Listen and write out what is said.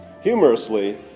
Humorously